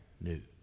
news